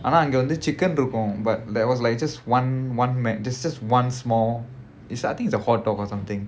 ஆனா அங்க வந்து:aanaa anga vandhu chicken இருக்கும்:irukkum but that was like just one one there's just one small is I think it's a hotdog or something